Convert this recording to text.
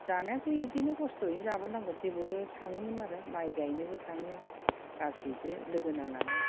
जानायाथ' बिदिनो खस्थयैनो जाबोनांगोन थेवबो थाङोमोन आरो माइ गायनोबो थाङो गासैजों लोगो नांनानै